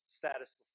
status